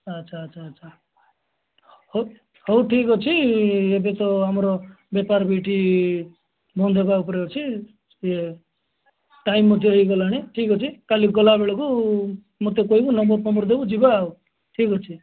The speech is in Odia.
ଆଚ୍ଛା ଆଚ୍ଛା ଆଚ୍ଛା ହଉ ହଉ ଠିକ ଅଛି ଏବେ ତ ଆମର ବେପାର ବି ଠିକ ବନ୍ଦ ହେବା ଉପରେ ଅଛି ଇଏ ଟାଇମ୍ ମଧ୍ୟ ହୋଇଗଲାଣି ଠିକ ଅଛି କାଲି ଗଲାବେଳକୁ ମୋତେ କହିବୁ ନମ୍ବର୍ ଫମ୍ବର୍ ଦେବୁ ଯିବା ଆଉ ଠିକ ଅଛି